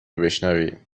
بشنوی